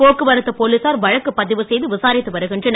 போக்குவரத்து போலீசார் வழக்கு பதிவு செய்து விசாரித்து வருகின்றனர்